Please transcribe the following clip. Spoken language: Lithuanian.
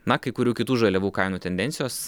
na kai kurių kitų žaliavų kainų tendencijos